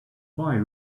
boy